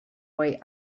way